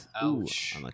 Ouch